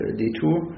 detour